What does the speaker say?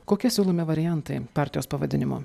kokie siūlomi variantai partijos pavadinimo